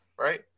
right